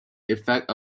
effect